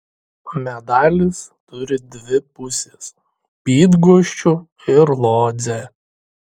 medalis turi dvi pusės bydgoščių ir lodzę